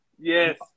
Yes